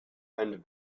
and